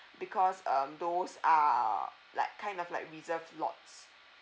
because um those are like kind of like reserved lots